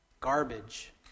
Garbage